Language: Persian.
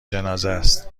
جنازهست